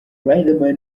riderman